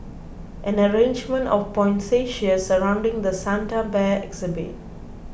an arrangement of poinsettias surrounding the Santa Bear exhibit